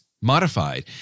modified